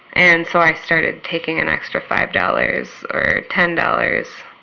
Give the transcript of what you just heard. and so i started taking an extra five dollars or ten dollars.